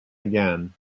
again